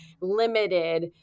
limited